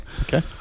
Okay